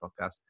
podcast